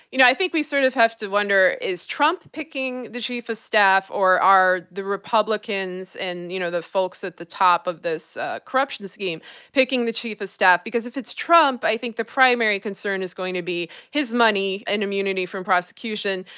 you know, i think we sort of have to wonder, is trump picking the chief of staff? or are the republicans and you know the folks at the top of this corruption scheme picking the chief of staff? because if it's trump, i think the primary concern is going to be his money and immunity from prosecution.